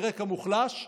מרקע מוחלש,